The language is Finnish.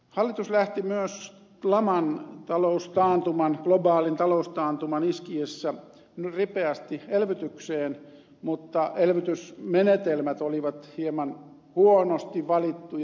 hallitus lähti myös laman taloustaantuman globaalin taloustaantuman iskiessä ripeästi elvytykseen mutta elvytysmenetelmät olivat hieman huonosti valittuja